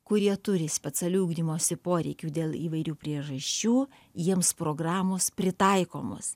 kurie turi specialiųjų ugdymosi poreikių dėl įvairių priežasčių jiems programos pritaikomos